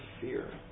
fear